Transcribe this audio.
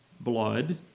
blood